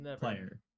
player